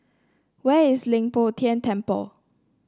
where is Leng Poh Tian Temple